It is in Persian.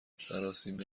سراسیمه